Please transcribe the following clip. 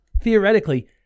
Theoretically